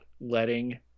letting